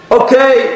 okay